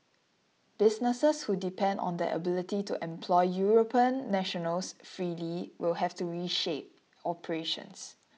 businesses who depend on their ability to employ European nationals freely will have to reshape operations